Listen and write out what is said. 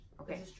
okay